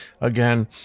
Again